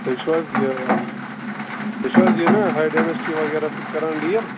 تُہۍ چھُو حظ یہِ تُہۍ چھُو حظ یہِ نا ہاے ڈینسٹی وغیرہ سۭتۍ کران ڈیٖل